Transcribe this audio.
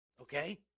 Okay